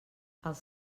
els